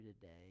today